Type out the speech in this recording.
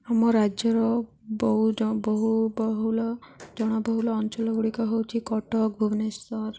ଆମ ରାଜ୍ୟର ବହୁ ବହୁ ବହୁଳ ଜଣବହୁଳ ଅଞ୍ଚଳ ଗୁଡ଼ିକ ହେଉଛି କଟକ ଭୁବନେଶ୍ୱର